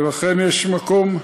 ולכן יש מקום,